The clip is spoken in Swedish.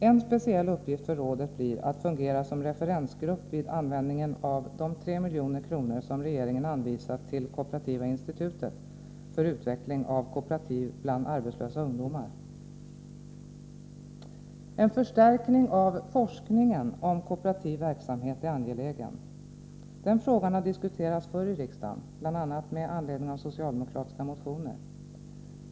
En speciell uppgift för rådet blir att fungera som referensgrupp vid användningen av de 3 milj.kr. som regeringen anvisat till Kooperativa Institutet för utveckling av kooperativ bland arbetslösa ungdomar. En förstärkning av forskningen om kooperativ verksamhet är angelägen. Den frågan har diskuterats förr i riksdagen, bl.a. med anledning av socialdemokratiska motioner.